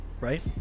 right